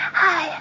hi